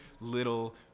little